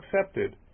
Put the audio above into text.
accepted